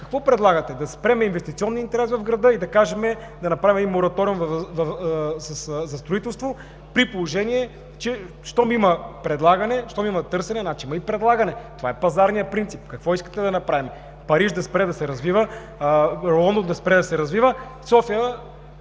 какво предлагате: да спрем инвестиционния интерес в града и да направим мораториум за строителство, при положение че щом има търсене, значи има и предлагане? Това е пазарният принцип. Какво искате да направим? Париж да спре да се развива, Лондон да спре да се развива – в София,